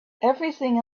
everything